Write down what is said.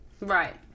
Right